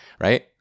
right